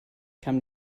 kam